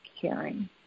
caring